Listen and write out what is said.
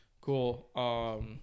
cool